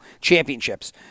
championships